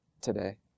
today